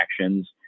actions